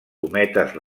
cometes